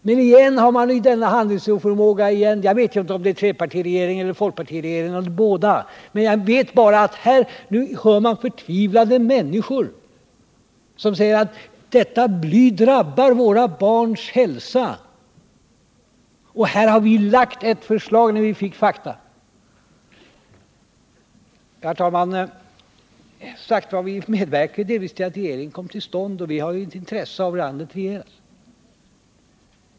Men igen har man denna handlingsoförmåga — jag vet inte om det är i trepartiregeringen eller folkpartiregeringen eller båda. Jag vet bara att nu hör man förtvivlade människor som säger: Detta bly drabbar våra barns hälsa. Och här har vi lagt fram ett förslag när vi fick fakta. Ja, herr talman, vi medverkade ju delvis till att regeringen kom till stånd, och vi har ett intresse av hur landet regeras.